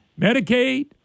Medicaid